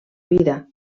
vida